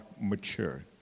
mature